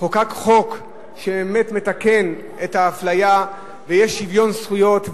חוקק חוק שמתקן את האפליה ויש שוויון זכויות.